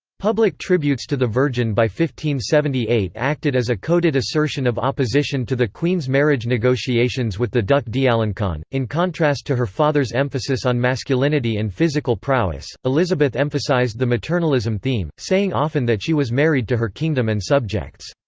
public tributes to the virgin by one thousand eight acted as a coded assertion of opposition to the queen's marriage negotiations with the duc d'alencon in contrast to her father's emphasis on masculinity and physical prowess, elizabeth emphasized the maternalism theme, saying often that she was married to her kingdom and subjects.